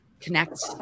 connect